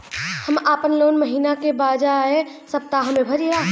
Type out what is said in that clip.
हम आपन लोन महिना के बजाय सप्ताह में भरीला